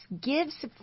gives